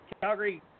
Calgary